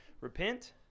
Repent